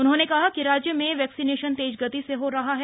उन्होने कहा कि राज्य में वैक्सीनेशन तेज गति से हो रहा है